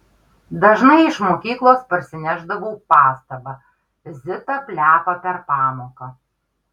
dažnai iš mokyklos parsinešdavau pastabą zita plepa per pamoką